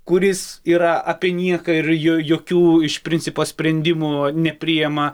kuris yra apie nieką ir jo jokių iš principo sprendimų nepriema